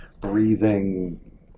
breathing